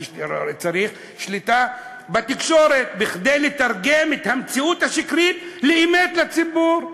אני צריך שליטה בתקשורת כדי לתרגם את המציאות השקרית לאמת לציבור.